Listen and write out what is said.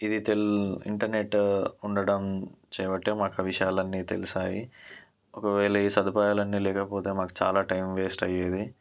ఇది ఇంటర్నెట్ ఉండడం చేయబట్టే మాకు విషయాలు అన్నీ తెలిసాయి ఒకవేళ ఈ సదుపాయాలు అన్ని లేకపోతె మాకు చాలా టైం వేస్ట్ అయ్యేది